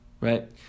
Right